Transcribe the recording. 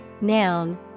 noun